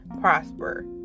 prosper